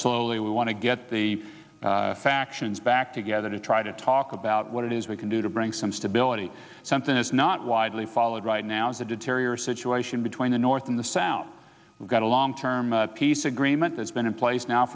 slowly we want to get the factions back together to try to talk about what it is we can do to bring some stability something that's not widely followed right now is a terrier situation between the north and the south we've got a long term peace agreement that's been in place now